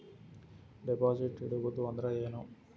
Deposit ಇಡುವುದು ಅಂದ್ರ ಏನ?